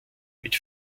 mit